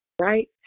right